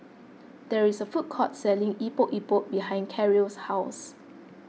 there is a food court selling Epok Epok behind Karyl's house